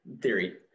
theory